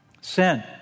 Sin